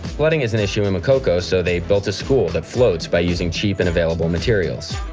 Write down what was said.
flooding is an issue in makoko, so they built a school that floats by using cheap and available materials.